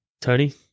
Tony